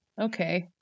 Okay